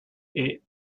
est